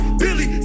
billy